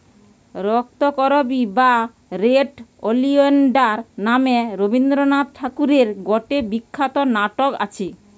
রক্তকরবী বা red oleander নামে রবীন্দ্রনাথ ঠাকুরের গটে বিখ্যাত নাটক আছে